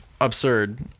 absurd